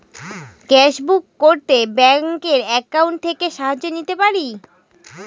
Gas book করতে ব্যাংকের account থেকে সাহায্য নিতে পারি?